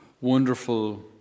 wonderful